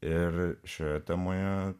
ir šioje temoje